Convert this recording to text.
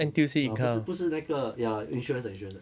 no uh 不是不是那个 ya insurance 的 insurance 的